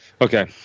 Okay